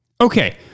Okay